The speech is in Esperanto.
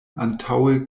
antaŭe